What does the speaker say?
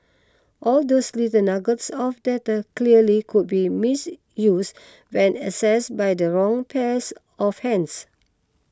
all those little nuggets of data clearly could be misuse when access by the wrong pairs of hands